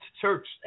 church